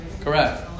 Correct